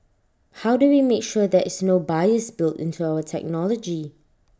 how do we make sure there is no bias built into our technology